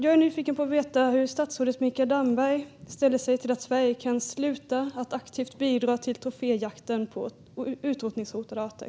Jag är nyfiken på hur statsrådet Mikael Damberg ställer sig till att Sverige kan sluta att aktivt bidra till troféjakten på utrotningshotade arter.